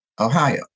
Ohio